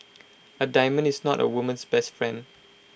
A diamond is not A woman's best friend